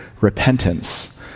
repentance